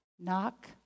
knock